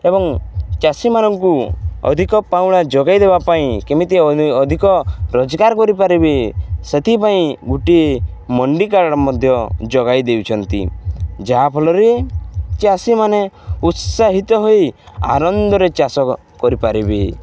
ଏବଂ ଚାଷୀମାନଙ୍କୁ ଅଧିକ ପାଉଣା ଯୋଗାଇ ଦେବା ପାଇଁ କେମିତି ଅଧିକ ରୋଜଗାର କରିପାରିବେ ସେଥିପାଇଁ ଗୋଟିଏ ମଣ୍ଡିି କାର୍ଡ଼ ମଧ୍ୟ ଯୋଗାଇ ଦେଉଛନ୍ତି ଯାହାଫଳରେ ଚାଷୀମାନେ ଉତ୍ସାହିତ ହୋଇ ଆନନ୍ଦରେ ଚାଷ କରିପାରିବେ